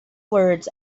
words